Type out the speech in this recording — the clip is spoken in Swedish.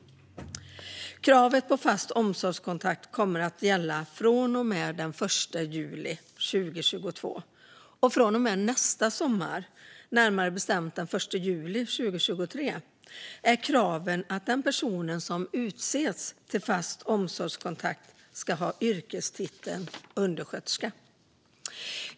Kravet på fast omsorgskontakt kommer att gälla från och med den 1 juli 2022. Från och med nästa sommar, närmare bestämt den 1 juli 2023, är kravet att den person som utses till fast omsorgskontakt ska ha yrkestiteln undersköterska.